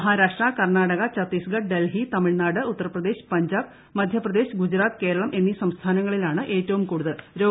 മഹാരാഷ്ട്ര കർണാടക ഛത്തീസ്ഗഡ് ഡൽഹി തമിഴ്നാട് ഉത്തർപ്രദേശ് പഞ്ചാബ് മധ്യപ്രദേശ് ഗുജറാത്ത് കേരളം എന്നീ സംസ്ഥാനങ്ങളിലാണ് ഏറ്റവും കൂടുതൽ രോഗബാധിതരുള്ളത്